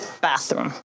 bathroom